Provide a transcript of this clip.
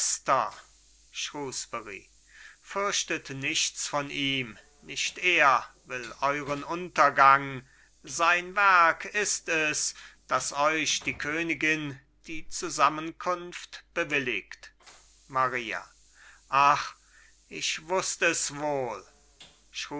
fürchtet nichts von ihm nicht er will euren untergang sein werk ist es daß euch die königin die zusammenkunft bewilligt maria ach ich wußt es wohl